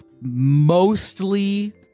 mostly